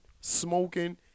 smoking